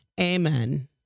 Amen